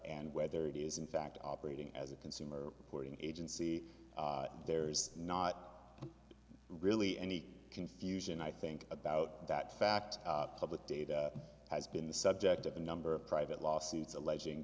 and whether it is in fact operating as a consumer porting agency there's not really any confusion i think about that fact public data has been the subject of a number of private lawsuits alleging